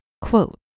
quote